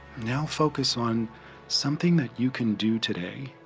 now, focus on something that you can do today,